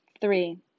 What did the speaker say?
Three